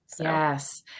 Yes